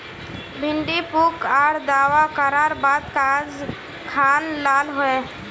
भिन्डी पुक आर दावा करार बात गाज खान लाल होए?